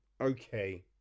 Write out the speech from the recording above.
okay